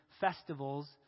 festivals